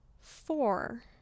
Four